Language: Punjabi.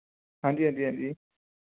ਹਾਂਜੀ ਹਾਂਜੀ ਹਾਂਜੀ